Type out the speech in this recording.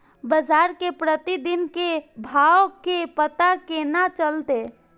बजार के प्रतिदिन के भाव के पता केना चलते?